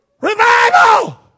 revival